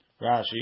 Rashi